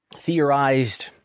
theorized